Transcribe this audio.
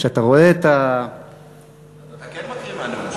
אז אתה כן מקריא מהנאום שלי.